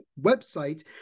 website